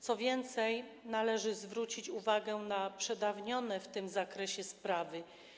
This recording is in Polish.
Co więcej, należy zwrócić uwagę na przedawnione w tym zakresie sprawy.